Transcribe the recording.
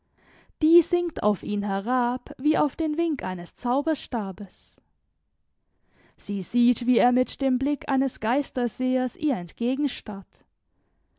die sinkt auf ihn herab wie auf den wink eines zauberstabes sie sieht wie er mit dem blick eines geistersehers ihr